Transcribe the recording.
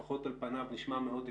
לפחות על פניו נשמע מאוד הגיוני.